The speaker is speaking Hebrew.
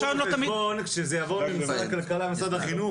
כשזה יבוא ממשרד הכלכלה וממשרד החינוך,